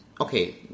Okay